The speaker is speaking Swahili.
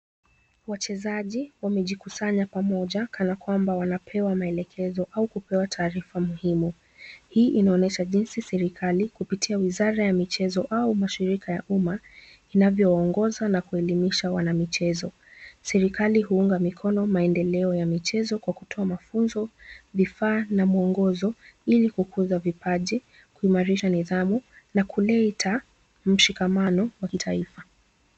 Wachezaji wamejikusanya pamoja kana kwamba wanapewa maelekezo au kupewa taarifa muhimu. Hii inaonyesha jinsi serikali, kupitia wizara ya michezo au mashirika wa umma, inavyoongozwa na kuelimisha wanamichezo. Serikali huunga mikono maendeleo ya michezo kwa kutoa mafunzo, vifaa na muongozo ili kukuza vipaji, kuimarisha nidhamu na kuleta mshikamano wa kitaifa.